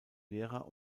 lehrer